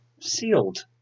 sealed